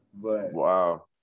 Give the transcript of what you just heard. wow